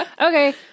Okay